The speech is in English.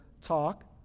talk